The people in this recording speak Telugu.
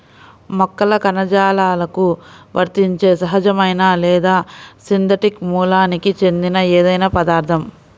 మొక్కల కణజాలాలకు వర్తించే సహజమైన లేదా సింథటిక్ మూలానికి చెందిన ఏదైనా పదార్థం